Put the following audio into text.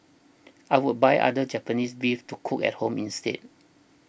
I would buy other Japanese beef to cook at home instead